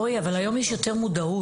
רועי, אבל היום יש יותר מודעות.